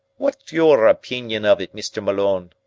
what's your opeenion of it, mr. malone?